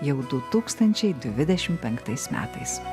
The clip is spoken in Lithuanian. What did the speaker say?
jau du tūkstančiai dvidešim penktais metais